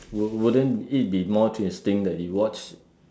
would wouldn't it be more interesting that you watched